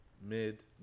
mid